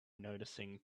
noticing